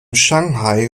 shanghai